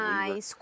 Mas